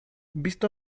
visto